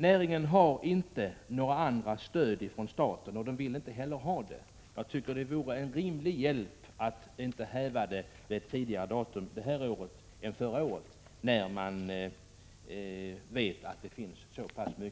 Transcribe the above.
Näringen har inte något stöd från staten och vill inte heller ha det. Jag tycker det vore en rimlig hjälp att inte häva importstoppet tidigare än förra året, när man vet att det finns så pass stora